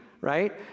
right